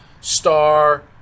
star